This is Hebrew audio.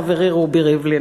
חברי רובי ריבלין,